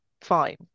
fine